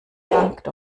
bangt